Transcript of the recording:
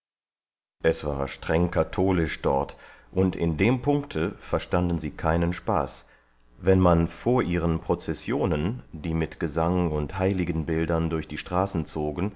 es war streng katholisch dort und in dem punkte verstanden sie keinen spaß wenn man vor ihren prozessionen die mit gesang und heiligenbildern durch die straßen zogen